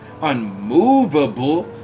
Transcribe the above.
unmovable